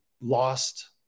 lost